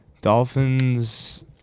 Dolphins